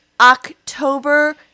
October